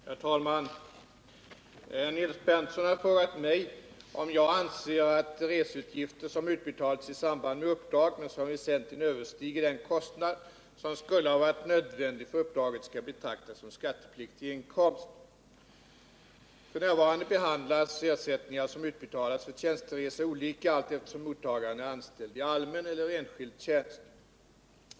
Herr talman! Nils Berndtson har frågat mig om jag anser att reseutgifter, som utbetalats i samband med uppdrag men som väsentligen överstiger den kostnad som skulle ha varit nödvändig för uppdraget, skall betraktas som skattepliktig inkomst. F. n. behandlas ersättningar som utbetalas för tjänsteresa olika allteftersom mottagaren är anställd i allmän eller enskild tjänst.